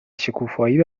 شکوفایی